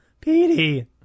Petey